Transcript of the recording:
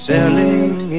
Selling